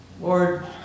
Lord